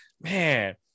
man